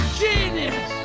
genius